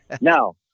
Now